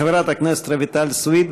חברת הכנסת רויטל סויד,